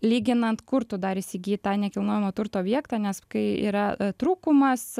lyginant kur tu dar įsigyjai tą nekilnojamo turto objektą nes kai yra trūkumas